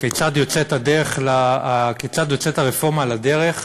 כיצד יוצאת הרפורמה לדרך,